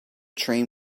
train